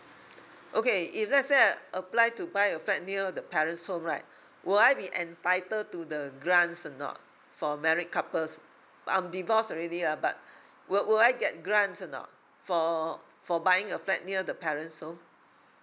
okay if let's say I apply to buy a flat near the parent's home right would I be entitled to the grants or not for married couples I'm divorced already ah but will will I get grants or not for for buying a flat near the parent's home